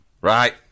right